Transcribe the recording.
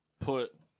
put